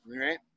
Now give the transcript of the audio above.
right